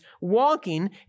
walking